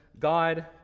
God